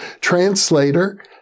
translator